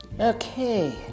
Okay